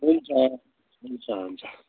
हुन्छ हुन्छ हुन्छ